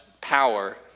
power